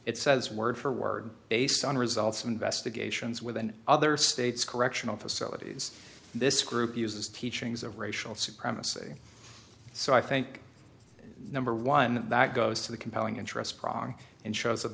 it says word for word based on results of investigations with and other states correctional facilities this group uses teachings of racial supremacy so i think number one that goes to the compelling interest prong